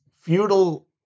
feudal